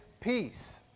peace